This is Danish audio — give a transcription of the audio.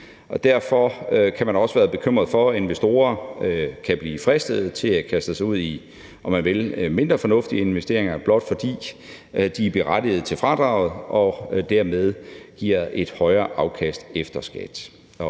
Derfor kan man også være bekymret for, at investorer kan blive fristet til at kaste sig ud i, om man vil, mindre fornuftige investeringer, blot fordi de er berettigede til fradraget og dermed får et højere afkast efter skat.